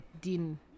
din